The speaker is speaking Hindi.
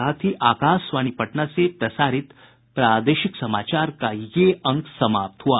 इसके साथ ही आकाशवाणी पटना से प्रसारित प्रादेशिक समाचार का ये अंक समाप्त हुआ